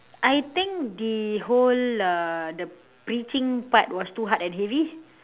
I think the whole uh the preaching part was too hard and heavy